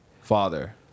Father